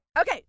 Okay